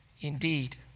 Indeed